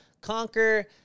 conquer